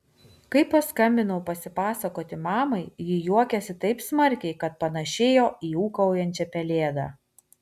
kai paskambinau pasipasakoti mamai ji juokėsi taip smarkiai kad panašėjo į ūkaujančią pelėdą